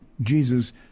Jesus